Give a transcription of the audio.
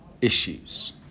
issues